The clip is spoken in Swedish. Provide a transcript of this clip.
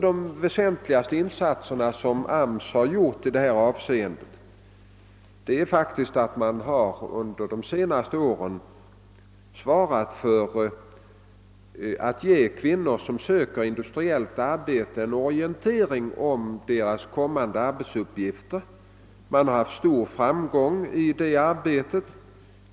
Den väsentligaste av de insatser som arbetsmarknadsstyrelsen gjort i detta avseende är faktiskt att den under de senaste åren givit kvinnor som söker industriellt arbete en orientering om deras kommande arbetsuppgifter. Man har haft stor framgång i detta arbete.